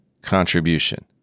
contribution